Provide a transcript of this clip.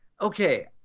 okay